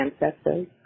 ancestors